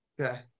Okay